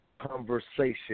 conversation